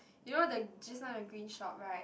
you know the just now the green shop right